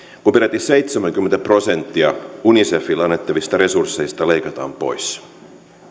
kun peräti seitsemänkymmentä prosenttia unicefille annettavista resursseista leikataan pois